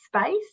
space